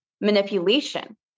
manipulation